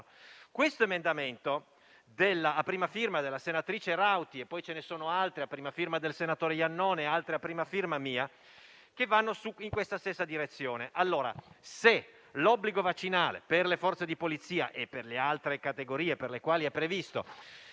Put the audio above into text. quadro. L'emendamento 2.29, a prima firma della senatrice Rauti, e gli altri a prima firma del senatore Iannone e a mia prima firma vanno nella stessa direzione. Se l'obbligo vaccinale per le Forze di polizia e per le altre categorie per le quali è previsto